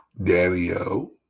Daddy-o